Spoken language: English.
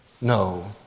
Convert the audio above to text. No